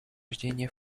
рождения